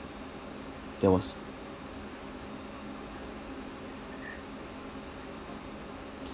there was